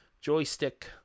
joystick